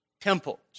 temples